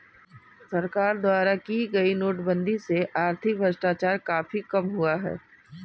सरकार द्वारा की गई नोटबंदी से आर्थिक भ्रष्टाचार काफी कम हुआ है